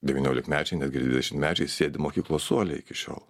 devyniolikmečiai netgi dvidešimtmečiai sėdi mokyklos suole iki šiol